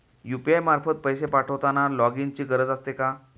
UPI मार्फत पैसे पाठवताना लॉगइनची गरज असते का?